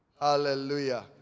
Hallelujah